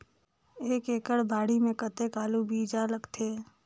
एक एकड़ बाड़ी मे कतेक आलू बीजा लगथे?